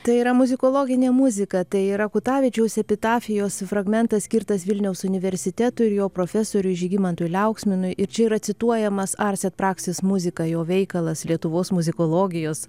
tai yra muzikologinė muzika tai yra kutavičiaus epitafijos fragmentas skirtas vilniaus universitetui ir jo profesoriui žygimantui liauksminui ir čia yra cituojamas ars et praxis muzika jo veikalas lietuvos muzikologijos